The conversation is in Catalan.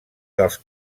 dels